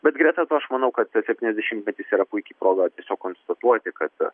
bet greta to aš manau kad septyniasdešimtmetis yra puiki proga tiesiog konstatuoti kad